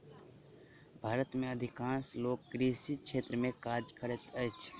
भारत में अधिकांश लोक कृषि क्षेत्र में काज करैत अछि